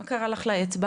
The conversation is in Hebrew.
מה את אומרת על הסיפור